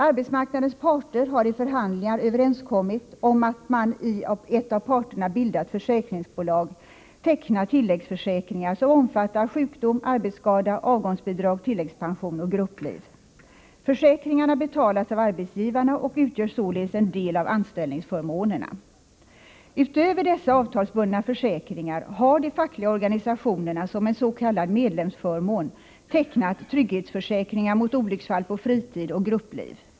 Arbetsmarknadens parter har i förhandlingar överenskommit om att i ett av parterna bildat försäkringsbolag teckna tilläggsförsäkringar, som omfattar sjukdom, arbetsskada, avgångsbidrag, tilläggspension och gruppliv. Försäkringarna betalas av arbetsgivarna och utgör således en del av anställningsförmånerna. Utöver dessa avtalsbundna försäkringar har de fackliga organisationerna som en s.k. medlemsförmån tecknat trygghetsförsäkringar mot olycksfall på fritid och gruppliv.